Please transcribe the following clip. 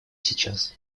сейчас